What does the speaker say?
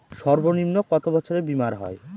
সর্বনিম্ন কত বছরের বীমার হয়?